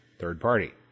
third-party